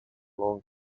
long